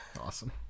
awesome